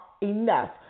enough